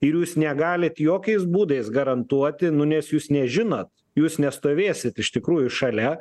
ir jūs negalit jokiais būdais garantuoti nu nes jūs nežinot jūs nestovėsit iš tikrųjų šalia